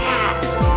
hats